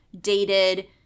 dated